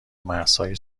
مرزهای